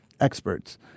experts